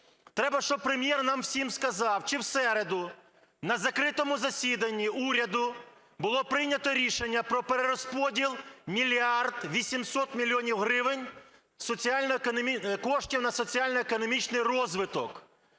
Треба, щоб Прем'єр нам всім сказав, чи в середу на закритому засіданні уряду було прийнято рішення про перерозподіл 1 мільярда 800 мільйонів гривень коштів на соціально-економічний розвиток,